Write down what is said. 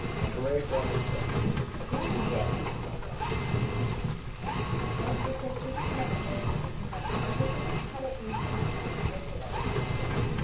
and hooray for ethnic studies yeah good job thinking about that and tactic does the senate this is kind of a clarification question does the civics credit need to be transcripted as a standalone